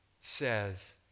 says